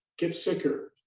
get sicker,